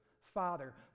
father